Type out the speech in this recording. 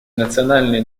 национальные